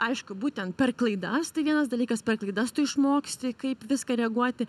aišku būtent per klaidas tai vienas dalykas per klaidas tu išmoksti kaip viską reaguoti